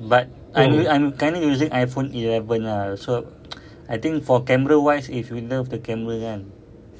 but I I'm currently using iphone eleven lah so I think for camera wise if you love the camera kan